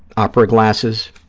opera glasses,